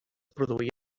produí